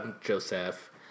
Joseph